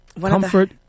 Comfort